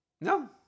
No